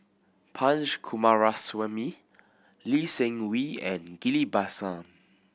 Punch Coomaraswamy Lee Seng Wee and Ghillie Basan